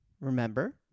remember